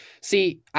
See